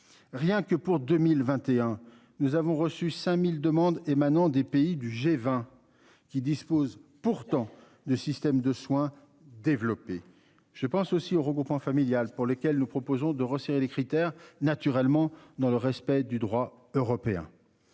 Rien que pour 2021, nous avons reçu 5000 demandes émanant des pays du G20, qui dispose pourtant de système de soins, développer. Je pense aussi au regroupement familial pour lesquelles nous proposons de resserrer les critères naturellement dans le respect du droit européen.